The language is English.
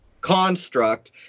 construct